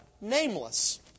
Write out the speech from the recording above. nameless